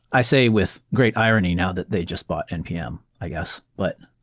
i say with great irony, now that they just bought npm, i guess. but